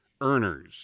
earners